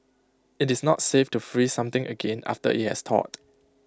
IT is not safe to freeze something again after IT has thawed